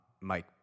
Mike –